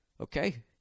Okay